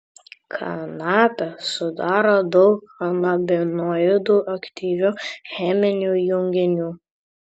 kanapę sudaro daug kanabinoidų aktyvių cheminių junginių